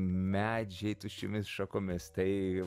medžiai tuščiomis šakomis tai